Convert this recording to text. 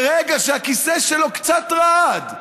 ברגע שהכיסא שלו קצת רעד,